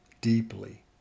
deeply